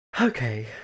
okay